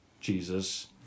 jesus